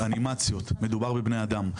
מדובר בבני אדם.